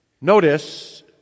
Notice